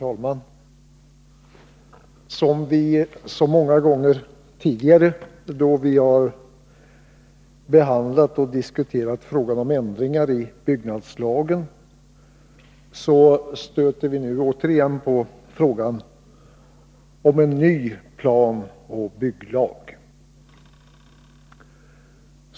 Herr talman! Som så många gånger tidigare då vi behandlat och diskuterat frågan om ändringar i byggnadslagen stöter vi åter igen på frågan om en ny planoch bygglag.